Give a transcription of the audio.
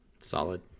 Solid